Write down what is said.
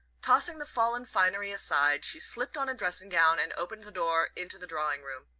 tossing the fallen finery aside, she slipped on a dressing-gown and opened the door into the drawing-room.